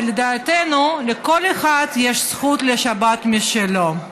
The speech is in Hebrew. לדעתנו, לכל אחד יש זכות לשבת משלו.